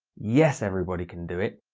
yes everybody can do it.